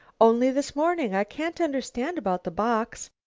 only this morning. i can't understand about the box.